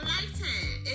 Lifetime